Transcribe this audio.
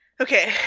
Okay